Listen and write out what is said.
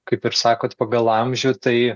kaip ir sakot pagal amžių tai